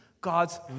God's